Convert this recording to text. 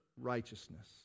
righteousness